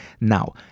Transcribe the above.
now